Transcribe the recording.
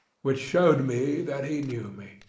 which showed me that he knew me.